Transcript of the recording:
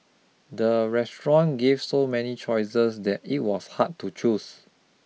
the restaurant give so many choices that it was hard to choose